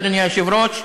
אדוני היושב-ראש,